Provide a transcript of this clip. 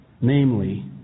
Namely